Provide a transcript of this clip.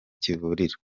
kivurira